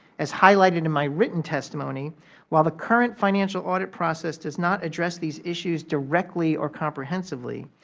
as highlighted in my written testimony, while the current financial audit process does not address these issues directly or comprehensively,